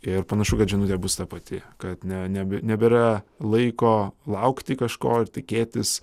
ir panašu kad žinutė bus ta pati kad ne ne nebėra laiko laukti kažko tikėtis